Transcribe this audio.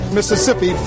Mississippi